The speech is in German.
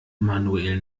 manuel